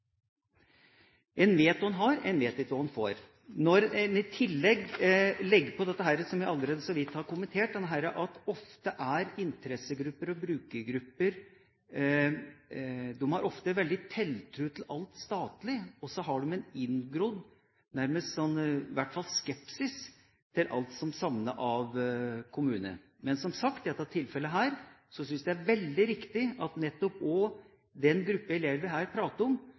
En vet hva en har, en vet ikke hva en får. Når en legger til dette som jeg allerede så vidt har kommentert, at interessegrupper og brukergrupper ofte har en veldig tiltro til alt statlig, og de har en inngrodd skepsis til alt som smaker av kommune. Men som sagt: I dette tilfellet syns jeg det er veldig riktig at nettopp den gruppa elever vi her prater om,